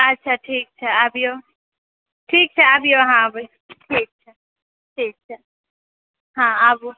अच्छा ठीक छै आबिऔ ठीक छै आबिऔ अहाँ ठीक छै ठीक छै हँ आबु